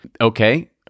okay